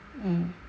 mm